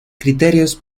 criterios